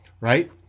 right